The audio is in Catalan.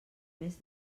més